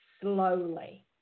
slowly